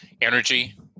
energy